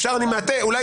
אפשר אולי